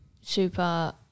super